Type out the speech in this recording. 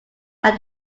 that